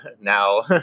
now